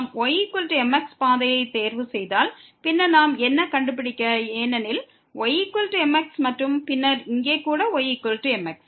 நாம் ymx பாதையைத் தேர்வு செய்தால் பின்னர் ஏனெனில் ymx என்பதை நாம் பார்க்கிறோம் மற்றும் பின்னர் இங்கே கூட ymx